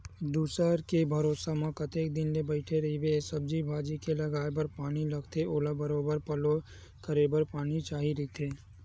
दूसर के भरोसा म कतेक दिन ले बइठे रहिबे, सब्जी भाजी के लगाये बर पानी लगथे ओला बरोबर पल्लो करे बर पानी चाही रहिथे